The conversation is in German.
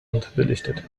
unterbelichtet